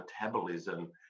metabolism